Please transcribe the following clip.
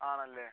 ആണല്ലേ